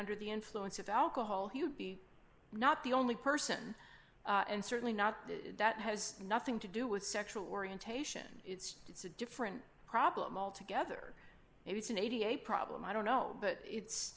under the influence of alcohol he would be not the only person and certainly not that has nothing to do with sexual orientation it's a different problem altogether and it's an eighty a problem i don't know but it's